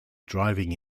driving